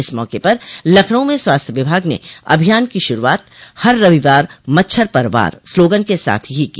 इस मौके पर लखनऊ में स्वास्थ्य विभाग ने अभियान की श्रूआत हर रविवार मच्छर पर वार स्लोगन के साथ ही की